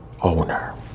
owner